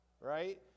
right